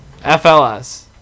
FLS